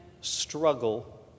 struggle